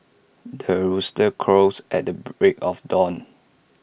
the rooster crows at the break of dawn